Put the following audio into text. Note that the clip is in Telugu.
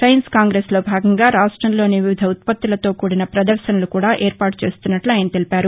సైన్స్ కాంగ్రెస్లో భాగంగా రాష్టంలోని వివిధ ఉత్పత్తులతో కూడిన ప్రదర్భనలు కూడా ఏర్పాటు చేస్తున్నట్ల ఆయన తెలిపారు